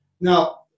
Now